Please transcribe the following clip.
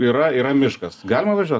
yra yra miškas galima važiuot